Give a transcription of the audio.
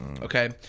Okay